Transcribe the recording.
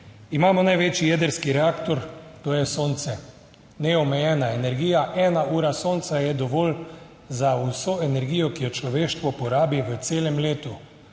Imamo največji jedrski reaktor, to je Sonce, neomejena energija. 1 ura sonca je dovolj za vso energijo, ki jo človeštvo porabi v celem letu,